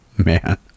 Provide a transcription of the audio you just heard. Man